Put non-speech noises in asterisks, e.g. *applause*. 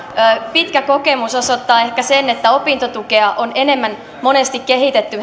pitkä kokemus osoittaa ehkä sen että opintotukea on monesti kehitetty *unintelligible*